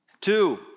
Two